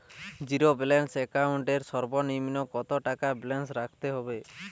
Zero balance account এর সর্বনিম্ন কত টাকা ব্যালেন্স রাখতে হবে?